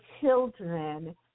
children